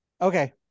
Okay